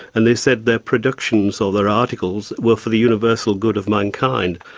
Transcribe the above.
and they said their productions or their articles were for the universal good of mankind.